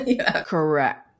Correct